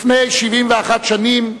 לפני 71 שנים,